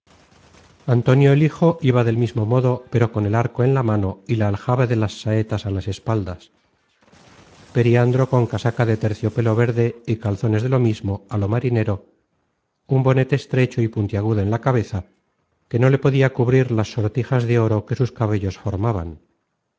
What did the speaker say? antonio el hijo iba del mismo modo pero con el arco en la mano y la aljaba de las saetas á las espaldas periandro con casaca de terciopelo verde y calzones de lo mismo á lo marinero un bonete estrecho y puntiagudo en la cabeza que no le podia cubrir las sortijas de oro que sus cabellos formaban